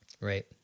Right